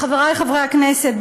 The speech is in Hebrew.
חברי חברי הכנסת,